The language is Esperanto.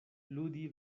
ludi